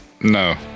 No